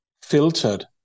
filtered